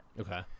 Okay